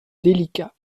délicat